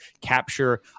capture